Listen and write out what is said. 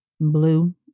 blue